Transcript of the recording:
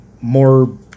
more